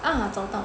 啊找到了